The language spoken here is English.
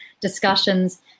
discussions